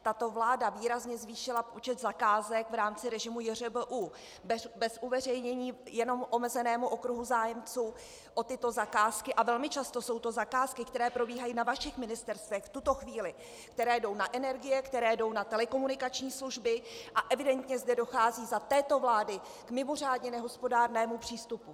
Tato vláda výrazně zvýšila počet zakázek v rámci režimu JŘBU, bez uveřejnění, jenom omezenému okruhu zájemců o tyto zakázky a velmi často jsou to zakázky, které probíhají na vašich ministerstvech v tuto chvíli, které jdou na energie, které jdou na telekomunikační služby, a evidentně zde dochází za této vlády k mimořádně nehospodárnému přístupu.